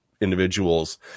individuals